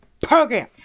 program